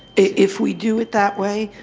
if we do it that way,